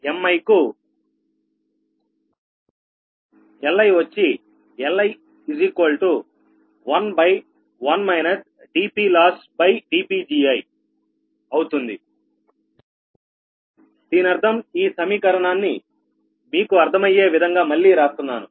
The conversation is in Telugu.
m కు Li11 dPLossdPgi దీనర్థం ఈ సమీకరణాన్ని మీకు అర్థమయ్యే విధంగా మళ్లీ రాస్తున్నాను